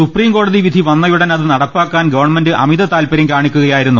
സുപ്രീംകോടതി വിധി വന്നയുടൻ അത് നടപ്പാ ക്കാൻ ഗവൺമെന്റ് അമിത താല്പര്യം കാണിക്കുകയായി രുന്നു